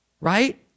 right